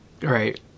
Right